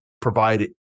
provide